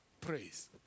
praise